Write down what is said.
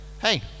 hey